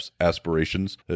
aspirations